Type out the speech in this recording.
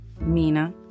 Mina